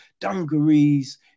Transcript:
dungarees